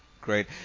Great